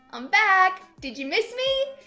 i'm back. did you miss me?